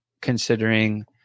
considering